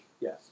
Yes